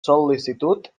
sol·licitud